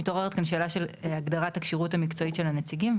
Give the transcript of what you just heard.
מתעוררת כאן שאלה של הגדרת הכשירות המקצועית של הנציגים.